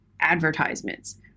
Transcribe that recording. advertisements